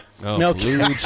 No